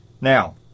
Now